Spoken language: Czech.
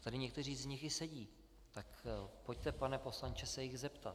Tady někteří z nich i sedí, tak pojďte, pane poslanče, se jich zeptat.